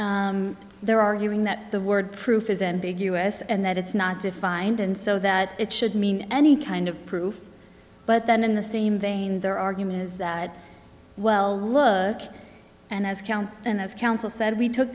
look they're arguing that the word proof is ambiguous and that it's not defined and so that it should mean any kind of proof but then in the same vein their argument is that well look and as count and as counsel said we took